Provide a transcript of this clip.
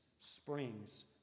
springs